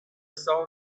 sound